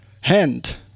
hand